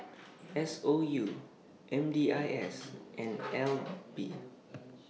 S O U M D I S and N L B